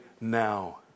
now